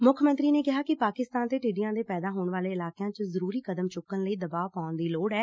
ਮੁੱਖ ਮੰਤਰੀ ਨੇ ਕਿਹੈ ਕਿ ਪਾਕਿਸਤਾਨ ਤੇ ਟਿੱਡੀਆਂ ਦੇ ਪੈਦਾ ਹੋਣ ਵਾਲੇ ਇਲਾਕਿਆਂ ਚ ਜ਼ਰੁਰੀ ਕਦਮ ਚੁੱਕਣ ਲਈ ਦਬਾਅ ਪਾਉਣ ਦੀ ਲੋੜ ਐ